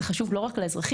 זה חשוב לא רק לאזרחים,